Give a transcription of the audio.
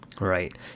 right